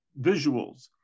visuals